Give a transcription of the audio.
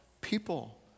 people